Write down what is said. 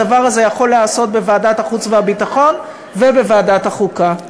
הדבר הזה יכול להיעשות בוועדת החוץ והביטחון ובוועדת החוקה.